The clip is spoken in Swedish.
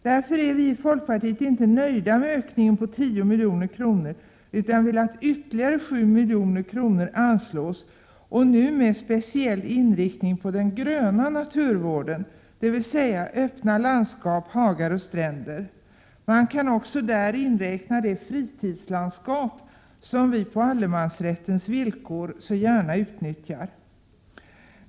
Därför är vi i folkpartiet inte nöjda med ökningen på 10 milj.kr. utan vill att ytterligare 7 milj.kr. anslås och nu med speciell inriktning på den gröna naturvården, dvs. öppna landskap, hagar och stränder. Man kan också där inräkna det fritidslandskap som vi på allemansrättens villkor så gärna utnyttjar.